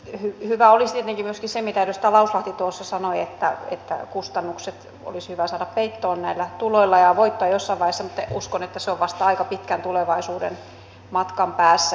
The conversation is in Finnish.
mutta hyvä olisi tietenkin myöskin se mitä edustaja lauslahti tuossa sanoi että kustannukset olisi hyvä saada peittoon näillä tuloilla ja voittoa jossain vaiheessa mutta uskon että se on vasta aika pitkän tulevaisuuden matkan päässä